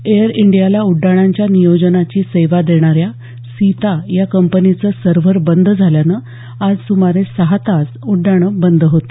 air इंडियाला उड्डाणांच्या नियोजनाची सेवा देणाऱ्या सीता या कंपनीचं सव्हर बंद झाल्यानं आज सुमारे सहा तास उड्डाणं बंद होती